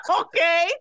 Okay